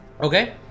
Okay